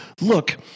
look